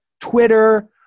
Twitter